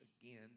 again